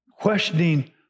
questioning